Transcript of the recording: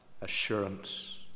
assurance